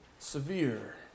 severe